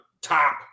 top